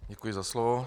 Děkuji za slovo.